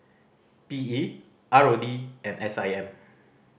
P E R O D and S I M